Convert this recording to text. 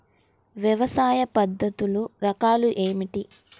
వ్యవసాయ పద్ధతులు రకాలు ఏమిటి?